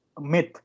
myth